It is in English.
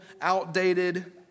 outdated